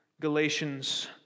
Galatians